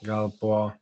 gal po